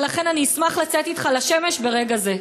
ולכן אני אשמח לצאת אתך לשמש ברגע זה.